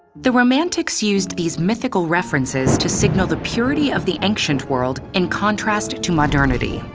the romantics used these mythical references to signal the purity of the ancient world in contrast to modernity.